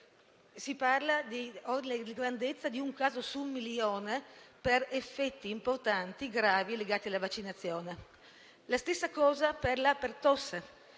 di grandezza di un caso su un milione per effetti importanti gravi legati alla vaccinazione. La stessa cosa si può dire